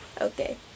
Okay